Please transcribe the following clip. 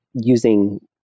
using